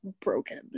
broken